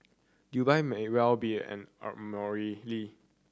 Dubai may well be an